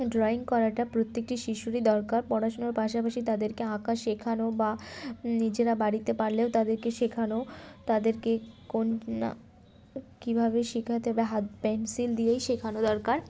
drawing করাটা প্রত্যেকটি শিশুরই দরকার পড়াশুনার পাশাপাশি তাদেরকে আঁকা শেখানো বা নিজেরা বাড়িতে পারলেও তাদেরকে শেখানো তাদেরকে কোন না কীভাবে শেখাতে বা হাত পেনসিল দিয়েই শেখানো দরকার